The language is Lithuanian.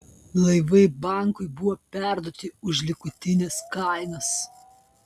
laivai bankui buvo perduoti už likutines kainas